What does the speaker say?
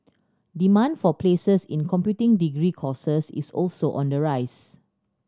demand for places in computing degree courses is also on the rise